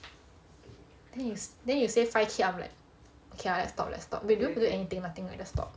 then you then you say five K I'm like okay lah let's stop let's stop we don't need to do anything right just stop